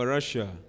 Russia